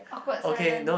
awkward silence